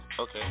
Okay